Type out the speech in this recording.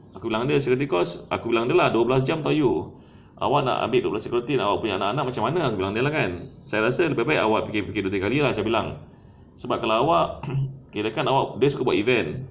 aku bilang dia security course aku bilang dia lah dua belas jam [tau] you awak nak ambil security awak punya anak-anak macam mana aku bilang dia lah kan saya rasa lebih baik awak fikir dua tiga kali lah saya bilang sebab kalau awak kirakan awak dia suka buat event